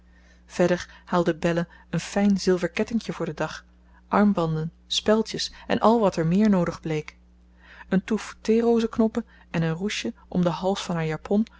verder haalde belle een fijn zilver kettinkje voor den dag armbanden speldjes en al wat er meer noodig bleek een toef theerozenknoppen en een ruche om den hals van haar japon